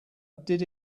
did